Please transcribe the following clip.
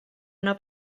yno